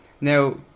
Now